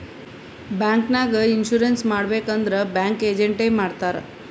bank ನಾಗ್ insurance ಮಾಡಬೇಕ್ ಅಂದುರ್ ಬ್ಯಾಂಕ್ ಏಜೆಂಟ್ ಎ ಮಾಡ್ತಾರ್